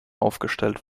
aufgestellt